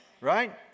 right